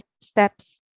steps